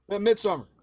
Midsummer